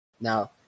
Now